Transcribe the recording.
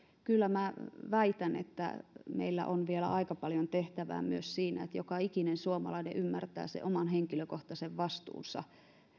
kyllä minä väitän että meillä on vielä aika paljon tehtävää myös siinä että joka ikinen suomalainen ymmärtää sen oman henkilökohtaisen vastuunsa